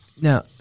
Now